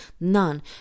None